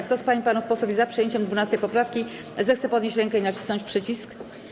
Kto z pań i panów posłów jest za przyjęciem 12. poprawki, zechce podnieść rękę i nacisnąć przycisk.